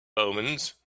omens